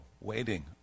Waiting